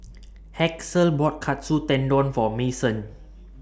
Haskell bought Katsu Tendon For Mason